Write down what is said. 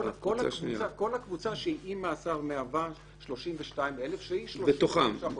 כל הקבוצה של עם מאסר היא 32,000 שהיא --- מתוכם.